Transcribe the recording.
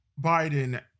Biden